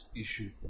issue